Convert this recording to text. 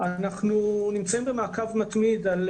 אנחנו נמצאים במעקב מתמיד על